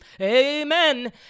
Amen